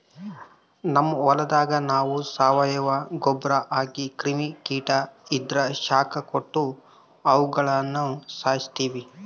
ನಮ್ ಹೊಲದಾಗ ನಾವು ಸಾವಯವ ಗೊಬ್ರ ಹಾಕಿ ಕ್ರಿಮಿ ಕೀಟ ಇದ್ರ ಶಾಖ ಕೊಟ್ಟು ಅವುಗುಳನ ಸಾಯಿಸ್ತೀವಿ